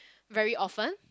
very often